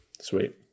Sweet